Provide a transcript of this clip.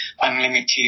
Unlimited